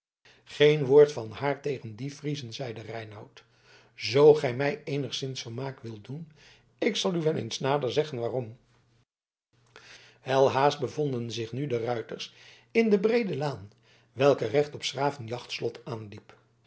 geen woord van haar tegen die friezen zeide reinout zoo gij mij eenigszins vermaak wilt doen ik zal u wel eens nader zeggen waarom welhaast bevonden zich nu de ruiters in de breede laan welke recht op s graven jachtslot